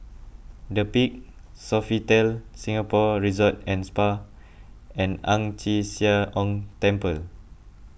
the Peak Sofitel Singapore Resort and Spa and Ang Chee Sia Ong Temple